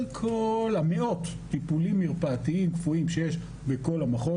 כל המאות הטיפולים המרפאתיים כפויים שיש בכל המחוז,